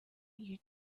you